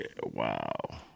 wow